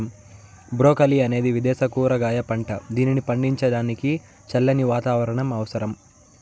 broccoli అనేది విదేశ కూరగాయ పంట, దీనిని పండించడానికి చల్లని వాతావరణం అవసరం